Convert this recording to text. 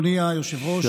בבקשה.